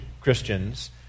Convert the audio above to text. Christians